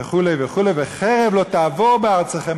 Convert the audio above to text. וכו' וכו' "וחרב לא תעבור בארצכם".